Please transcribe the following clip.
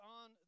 on